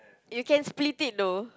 you can split it though